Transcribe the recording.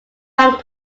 bank